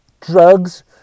drugs